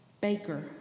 Baker